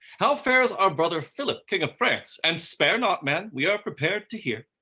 how fares our brother philip king of france? and spare not, man, we are prepared to hear.